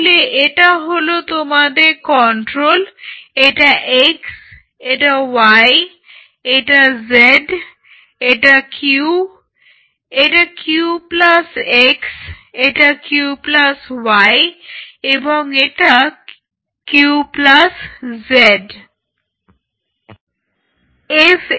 তাহলে এটা হলো তোমাদের কন্ট্রোল এটা x এটা y এটা z এটা Q এটা Q প্লাস x এটা Q প্লাস y এবং এটা Q প্লাস z